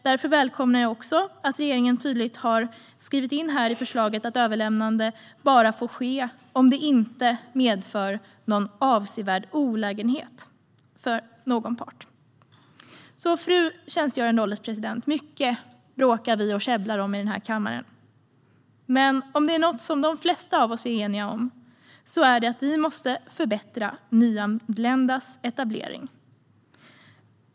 Därför välkomnar jag att regeringen tydligt har skrivit in i förslaget att överlämnande bara får ske om det inte medför en avsevärd olägenhet för någon part. Fru ålderspresident! Vi bråkar och käbblar om mycket här i kammaren, men om det finns något som de flesta av oss är eniga om är det att vi måste förbättra etableringen för nyanlända.